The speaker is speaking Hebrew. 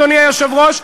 אדוני היושב-ראש,